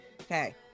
Okay